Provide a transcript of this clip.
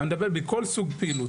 אני מדבר על כל סוג פעילות.